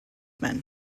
men